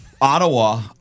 Ottawa